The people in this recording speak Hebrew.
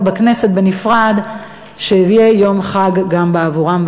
בכנסת בנפרד וכך שזה יהיה יום חג גם בעבורם,